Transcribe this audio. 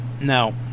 Now